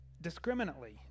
discriminately